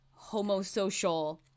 homosocial